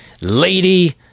Lady